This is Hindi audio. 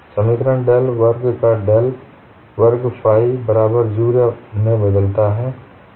समीकरण डेल वर्ग का डेल वर्ग फाइ बराबर 0 में बदलता है